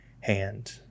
hand